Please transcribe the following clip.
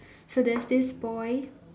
so there's this boy